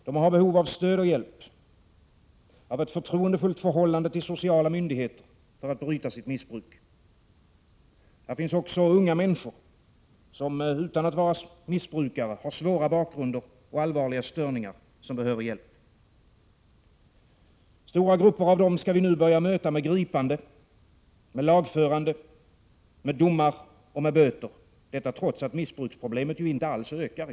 De har behov av stöd och hjälp, av ett förtroendefullt förhållande till sociala myndigheter för att bryta sitt missbruk. Här finns också unga människor, som utan att vara missbrukare har svåra bakgrunder och allvarliga störningar. De behöver hjälp. Stora grupper av dem skall vi nu börja möta med gripande, lagförande, domar och böter, trots att missbruksproblemet i samhället inte alls ökar.